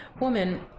woman